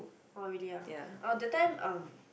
oh really ah that time um